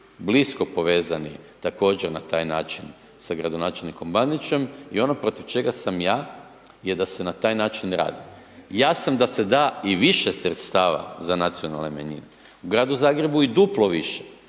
blisko povezani također na taj način sa gradonačelnikom Bandićem i ono protiv čega sam ja je da se na taj način radi. Ja sam da se da i više sredstava za nacionalne manjine, u Gradu Zagrebu i duplo više.